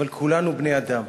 אבל כולנו בני-אדם,